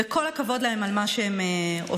וכל הכבוד להן על מה שהן עושות.